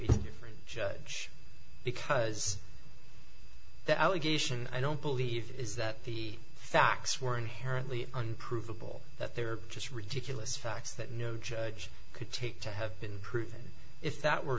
to judge because the allegation i don't believe is that the facts were inherently unprovable that they were just ridiculous facts that no judge could take to have been proven if that were